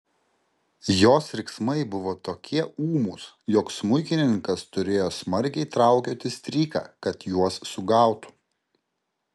jos riksmai buvo tokie ūmūs jog smuikininkas turėjo smarkiai traukioti stryką kad juos sugautų